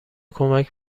کمک